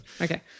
Okay